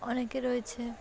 অনেকে রয়েছে